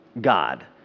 God